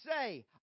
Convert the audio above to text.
say